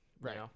Right